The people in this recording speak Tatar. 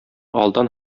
алдан